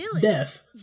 death